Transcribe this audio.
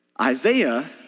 Isaiah